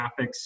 graphics